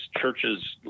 churches